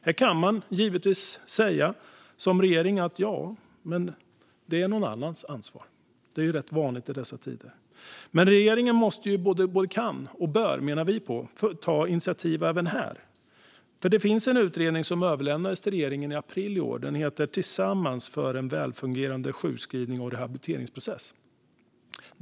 Här kan givetvis regeringen säga att det är någon annans ansvar, vilket är ganska vanligt i dessa tider. Men vi menar att regeringen både kan och bör ta initiativ här. En utredning överlämnades till regeringen i april i år. Den heter Tillsammans för en välfungerande sjukskrivnings och rehabiliteringsprocess .